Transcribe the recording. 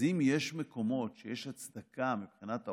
אז אם יש מקומות שיש הצדקה מבחינת המקום,